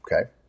okay